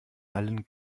allen